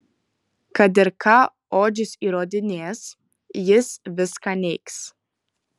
kad ir ką odžius įrodinės jis viską neigs